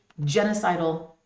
genocidal